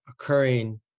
occurring